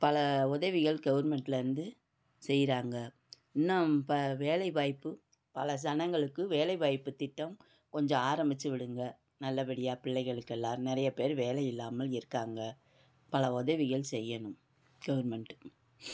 பல உதவிகள் கவர்மெண்ட்லேருந்து செய்யுறாங்க இன்னும் ப வேலை வாய்ப்பு பல சனங்களுக்கு வேலை வாய்ப்புத் திட்டம் கொஞ்சம் ஆரம்பித்து விடுங்க நல்லபடியாக பிள்ளைகளுக்கெல்லாம் நிறைய பேர் வேலை இல்லாமல் இருக்காங்க பல உதவிகள் செய்யணும் கவர்மெண்ட்டு